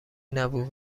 نبود